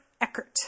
Eckert